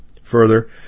Further